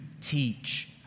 teach